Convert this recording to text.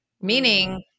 meaning